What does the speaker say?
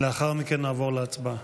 לאחר מכן נעבור להצבעה.